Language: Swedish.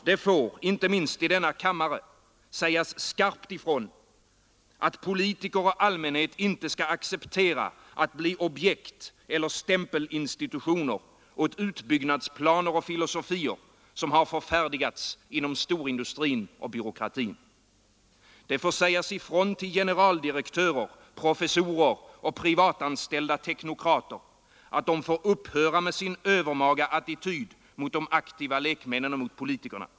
Det får — inte minst i denna kammare — sägas skarpt ifrån att politiker och allmänhet inte accepterar att bli objekt eller stämpelinstitutioner åt utbyggnadsplaner och filosofier som förfärdigats inom storindustrin och byråkratin. Det får sägas ifrån till generaldirektörer, professorer och privatanställda teknokrater att de får upphöra med sin övermaga attityd mot de aktiva lekmännen och politikerna.